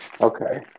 Okay